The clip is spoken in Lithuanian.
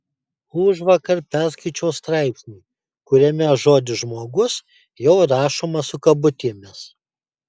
užvakar perskaičiau straipsnį kuriame žodis žmogus jau rašomas su kabutėmis